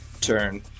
turn